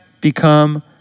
become